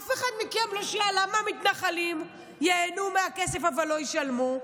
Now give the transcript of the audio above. אף אחד מכם לא שאל למה המתנחלים ייהנו מהכסף אבל לא ישלמו,